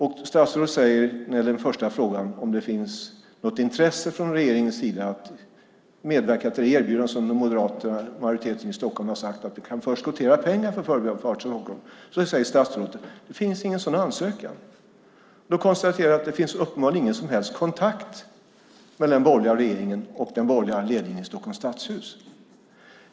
När det gäller den första frågan, om det finns något intresse från regeringens sida att medverka till den borgerliga majoriteten i Stockholms erbjudande att förskottera pengar för Förbifart Stockholm, säger statsrådet att det inte finns någon sådan ansökan. Jag konstaterar då att det uppenbarligen inte finns någon som helst kontakt mellan den borgerliga regeringen och borgerliga ledningen i Stockholms stadshus.